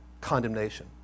condemnation